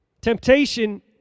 Temptation